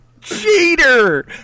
Cheater